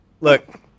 look